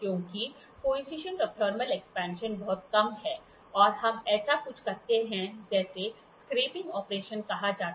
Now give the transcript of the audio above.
क्योंकि coefficient of thermal expansion बहुत कम है और हम ऐसा कुछ करते हैं जिसे स्क्रैपिंग ऑपरेशन कहा जाता है